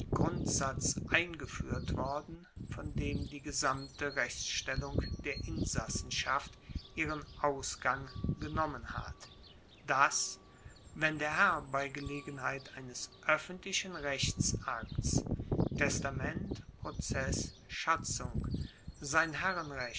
grundsatz eingefuehrt worden von dem die gesamte rechtsstellung der insassenschaft ihren ausgang genommen hat dass wenn der herr bei gelegenheit eines oeffentlichen rechtsakts testament prozess schatzung sein